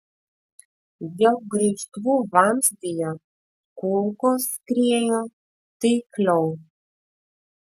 dėl graižtvų vamzdyje kulkos skriejo taikliau